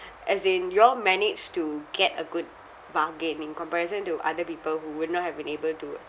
as in you all manage to get a good bargain in comparison to other people who would not have been able to